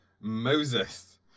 Moses